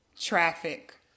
Traffic